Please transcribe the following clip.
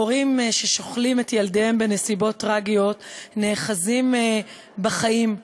הורים ששכלו את ילדיהם בנסיבות טרגיות נאחזים בחיים.